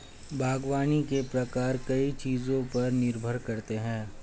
बागवानी के प्रकार कई चीजों पर निर्भर करते है